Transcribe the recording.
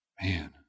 Man